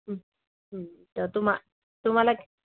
तर तुम्हा तुम्हाला